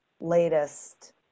latest